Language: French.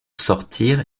sortir